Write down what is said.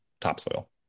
topsoil